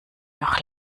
noch